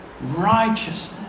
righteousness